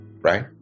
Right